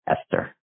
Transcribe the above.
Esther